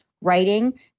writing